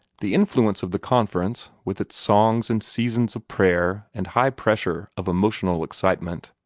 the influence of the conference, with its songs and seasons of prayer and high pressure of emotional excitement,